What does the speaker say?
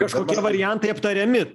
kažkokie variantai aptariami